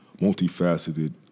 multifaceted